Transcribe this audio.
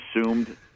assumed